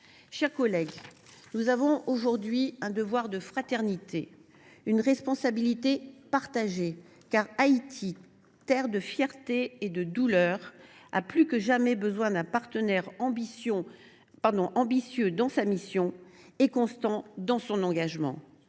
chers collègues, nous avons aujourd’hui un devoir de fraternité, une responsabilité partagée. Car Haïti, terre de fierté et de douleur, a plus que jamais besoin d’un partenaire ambitieux dans sa vision et constant dans son engagement.